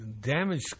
damage